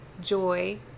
joy